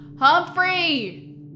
Humphrey